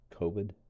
COVID